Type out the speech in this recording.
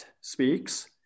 speaks